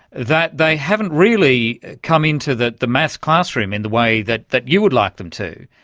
that they haven't really come into the the mass classroom in the way that that you would like them to.